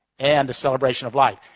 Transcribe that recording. and the celebration of life,